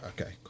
Okay